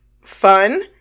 fun